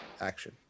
Action